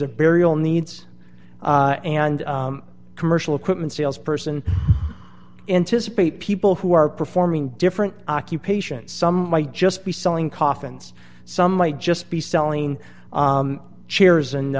of burial needs and commercial equipment sales person in to speak people who are performing different occupations some might just be selling coffins some might just be selling chairs and